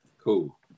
Cool